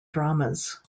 dramas